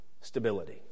stability